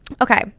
Okay